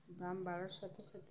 দাম বাড়ার সাথে সাথে